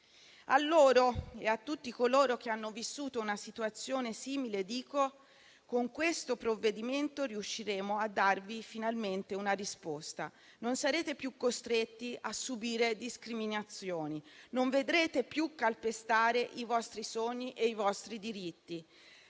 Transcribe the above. A loro e a tutti coloro che hanno vissuto una situazione simile dico che con questo provvedimento riusciremo a darvi finalmente una risposta: non sarete più costretti a subire discriminazioni e non vedrete più calpestare i vostri sogni e i vostri diritti.